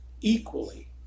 equally